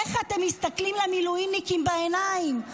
איך אתם מסתכלים למילואימניקים בעיניים?